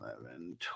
eleven